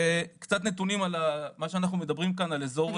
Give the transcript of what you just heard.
קצת נתונים על מה שאנחנו מדברים כאן, על אזור.